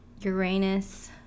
Uranus